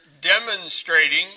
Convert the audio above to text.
demonstrating